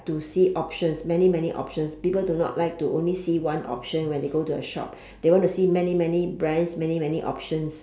to see options many many options people do not like to only see one option when they go to a shop they want to see many many brands many many options